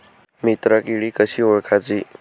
मित्र किडी कशी ओळखाची?